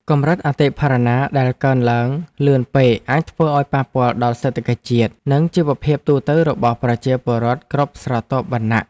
កម្រិតអតិផរណាដែលកើនឡើងលឿនពេកអាចធ្វើឱ្យប៉ះពាល់ដល់សេដ្ឋកិច្ចជាតិ និងជីវភាពទូទៅរបស់ប្រជាពលរដ្ឋគ្រប់ស្រទាប់វណ្ណៈ។